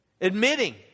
Admitting